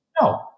No